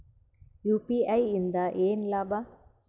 UPI ಇಂದ ಏನ್ ಲಾಭ?